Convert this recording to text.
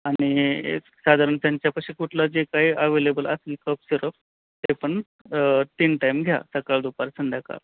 आणि साधारण त्यांच्यापाशी कुठलं जे काही ॲव्हेलेबल असेल कफ सिरप ते पण तीन टाइम घ्या सकाळ दुपार संध्याकाळ